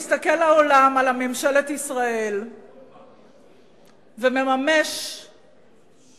העולם מסתכל על ממשלת ישראל ומממש את